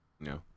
No